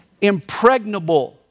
Impregnable